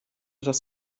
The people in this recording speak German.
das